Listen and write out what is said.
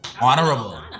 Honorable